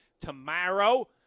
tomorrow